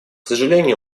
сожалению